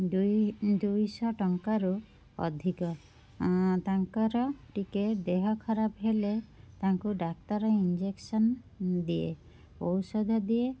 ଦୁଇ ଦୁଇଶହଟଙ୍କା ରୁ ଅଧିକ ତାଙ୍କର ଟିକିଏ ଦେହ ଖରାପ ହେଲେ ତାଙ୍କୁ ଡାକ୍ତର ଇଞ୍ଜେକ୍ସନ୍ ଦିଏ ଔଷଧ ଦିଏ